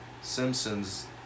Simpsons